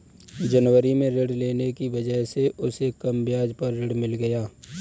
जनवरी में ऋण लेने की वजह से उसे कम ब्याज पर ऋण मिल गया